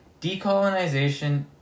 Decolonization